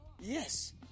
Yes